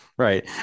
Right